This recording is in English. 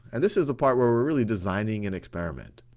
and this is the part where we're really designing an experiment.